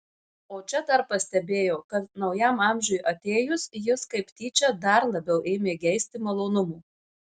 o čia dar pastebėjo kad naujam amžiui atėjus jis kaip tyčia dar labiau ėmė geisti malonumų